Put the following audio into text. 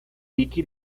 vicky